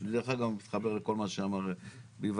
ודרך אגב, אני מתחבר לכל מה שאמר ביבס.